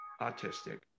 autistic